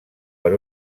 per